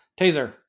Taser